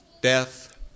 death